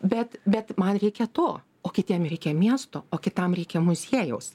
bet bet man reikia to o kitiem reikia miesto o kitam reikia muziejaus